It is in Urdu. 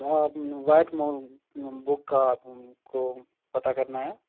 آپ وائٹ مون بک کا آپ کو پتہ کرنا ہے